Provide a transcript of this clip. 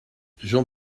jean